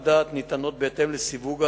תשובת השר לביטחון פנים יצחק